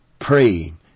praying